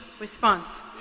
Response